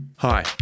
Hi